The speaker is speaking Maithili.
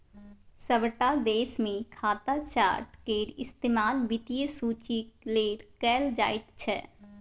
सभटा देशमे खाता चार्ट केर इस्तेमाल वित्तीय सूचीक लेल कैल जाइत छै